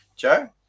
Joe